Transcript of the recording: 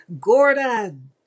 Gordon